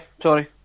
sorry